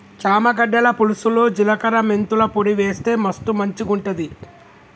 చామ గడ్డల పులుసులో జిలకర మెంతుల పొడి వేస్తె మస్తు మంచిగుంటది